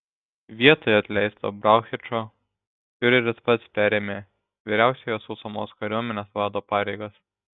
vietoj atleisto brauchičo fiureris pats perėmė vyriausiojo sausumos kariuomenės vado pareigas